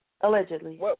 allegedly